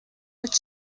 which